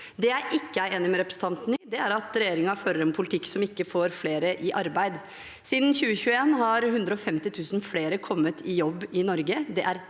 Det jeg ikke er enig med representanten i, er at regjeringen fører en politikk som ikke får flere i arbeid. Siden 2021 har 150 000 flere kommet i jobb i Norge.